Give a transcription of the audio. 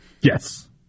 Yes